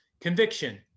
conviction